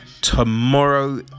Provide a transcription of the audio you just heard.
Tomorrow